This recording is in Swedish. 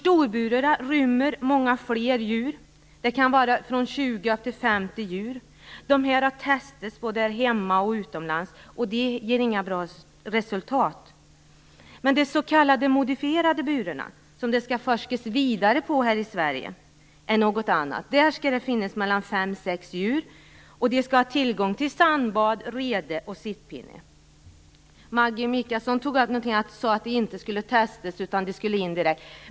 Storburarna rymmer många fler djur, 20-50 djur. De har testats både hemma och utomlands, och det har inte blivit några bra resultat. Men de s.k. modifierade burarna - som det skall forskas vidare om i Sverige - är något annat. Där skall det finnas 5-6 djur, och de skall ha tillgång till sandbad, rede och sittpinne. Maggi Mikaelsson sade något om att burarna inte skulle testas utan användas direkt.